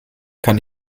kann